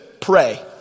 pray